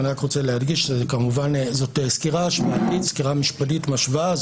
אני רוצה להדגיש שכמובן זאת סקירה משפטית משווה.